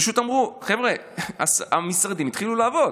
פשוט אמרו: חבר'ה, המשרדים התחילו לעבוד.